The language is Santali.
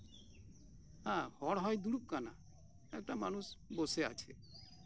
ᱦᱮᱸ ᱦᱚᱲ ᱦᱚᱸᱭ ᱫᱩᱲᱩᱵ ᱟᱠᱟᱱᱟ ᱮᱠᱴᱟ ᱢᱟᱱᱩᱥ ᱵᱚᱥᱮ ᱟᱪᱷᱮ